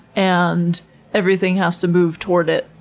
and everything has to move toward it.